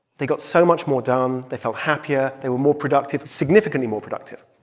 they got so much more done. they felt happier. they were more productive significantly more productive.